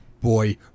boy